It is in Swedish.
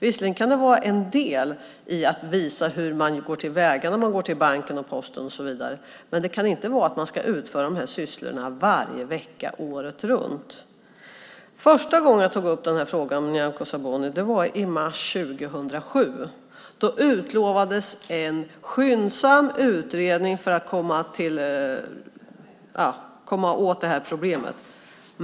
Visserligen kan det vara en del i att visa hur man går till väga när man går till banken och posten och så vidare. Men det kan inte vara meningen att man ska utfärda de här sysslorna varje vecka året runt. Första gången jag tog upp den här frågan med Nyamko Sabuni var i mars 2007. Då utlovades det en skyndsam utredning för att komma åt det här problemet.